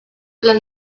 las